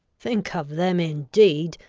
think of them, indeed,